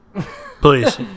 please